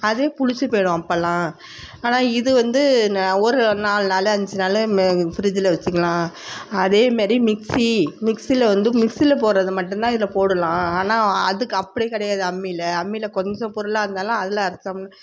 அதே புளிச்சு போய்டும் அப்போல்லாம் ஆனால் இது வந்து ஒரு நாலு நாள் அஞ்சு நாள் ஃப்ரிஜ்ஜில் வச்சுக்கலாம் அதேமாரி மிக்சி மிக்சியில் வந்து மிக்சியில் போடறது மட்டும் தான் இதில் போடலாம் ஆனால் அதுக்கு அப்படி கிடையாது அம்மியில் அம்மியில் கொஞ்சம் பொருளாக இருந்தாலும் அதில் அரைச்சமுன்னா